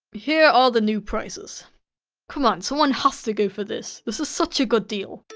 here are the new prices come on, someone has to go for this, this is such a good deal